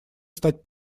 стать